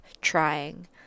trying